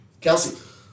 Kelsey